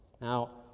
Now